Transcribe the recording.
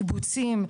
קיבוצים,